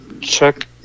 check